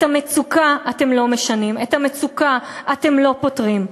את המצוקה אתם לא משנים, את המצוקה אתם לא פותרים.